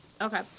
Okay